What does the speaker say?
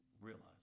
realize